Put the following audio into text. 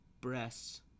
breasts